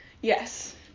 yes